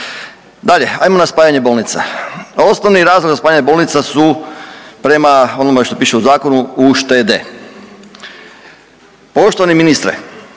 Dalje, hajmo na spajanje bolnica. Osnovni razlog za spajanje bolnica su prema onome što piše u Zakonu uštede. Poštovani ministre,